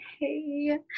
hey